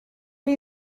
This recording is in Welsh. chi